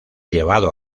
llevado